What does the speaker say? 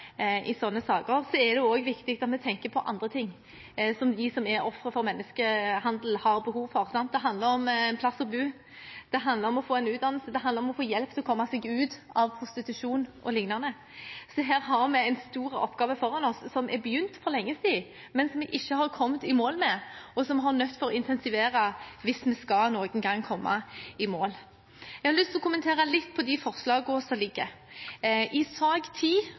i sånne saker, er det også viktig at vi tenker på andre ting som de som er ofre for menneskehandel, har behov for. Det handler om et sted å bo, det handler om å få en utdannelse, det handler om å få hjelp til å komme seg ut av prostitusjon o.l. Så her har vi en stor oppgave foran oss, som er begynt for lenge siden, men som vi ikke har kommet i mål med, og som vi er nødt til å intensivere hvis vi noen gang skal komme i mål. Jeg har lyst til å kommentere litt de forslagene som ligger. I sak